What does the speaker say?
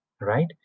right